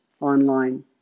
online